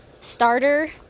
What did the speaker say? starter